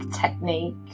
technique